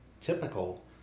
typical